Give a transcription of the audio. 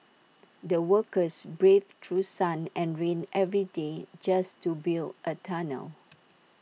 the workers braved through sun and rain every day just to build A tunnel